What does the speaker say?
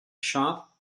sharp